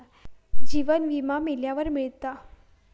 जीवन विमा मेल्यावर मिळता